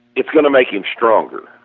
it's going to make him stronger,